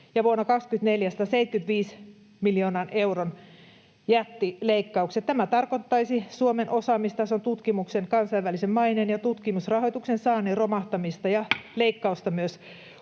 vuonna 23 ja 175 miljoonan euron jättileikkaukset vuonna 24. Tämä tarkoittaisi Suomen osaamistason, tutkimuksen, kansainvälisen maineen ja tutkimusrahoituksen saannin romahtamista ja leikkausta myös